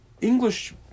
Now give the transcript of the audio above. English